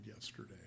yesterday